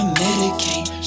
medicate